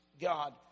God